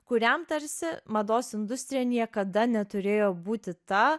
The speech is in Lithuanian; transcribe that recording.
kuriam tarsi mados industrija niekada neturėjo būti ta